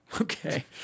Okay